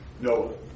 No